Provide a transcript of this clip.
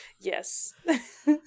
Yes